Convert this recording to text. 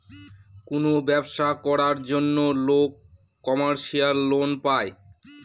কোনো ব্যবসা করার জন্য লোক কমার্শিয়াল লোন পায়